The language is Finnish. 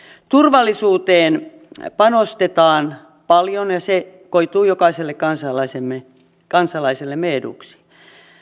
turvallisuuteen panostetaan paljon ja se koituu jokaiselle kansalaisellemme kansalaisellemme eduksi